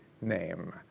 name